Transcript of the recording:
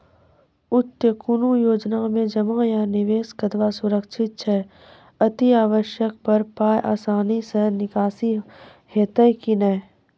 उक्त कुनू योजना मे जमा या निवेश कतवा सुरक्षित छै? अति आवश्यकता पर पाय आसानी सॅ निकासी हेतै की नै?